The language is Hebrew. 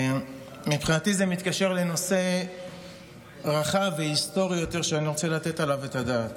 מבחינתי זה מתקשר לנושא רחב והיסטורי שאני רוצה לתת עליו את הדעת.